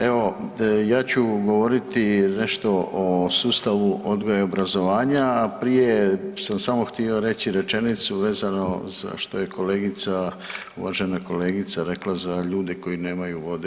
Evo, ja ću govoriti nešto o sustavu odgoja i obrazovanja a prije sam samo htio reći rečenicu vezano za što je kolegica, uvažena kolegica rekla za ljude koji nemaju vode.